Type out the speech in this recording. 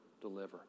deliver